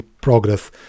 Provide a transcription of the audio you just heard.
progress